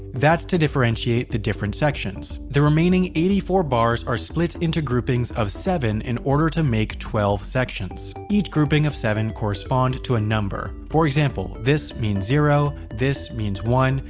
that's to differentiate the different sections. the remaining eighty four bars are split into groupings of seven in order to make twelve sections. each grouping of seven corresponds to a number. for example, this means zero, this means one,